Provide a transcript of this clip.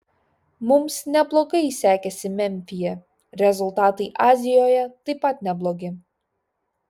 mums neblogai sekėsi memfyje rezultatai azijoje taip pat neblogi